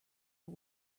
but